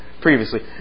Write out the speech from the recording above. previously